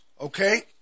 okay